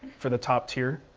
for the top tier.